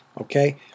Okay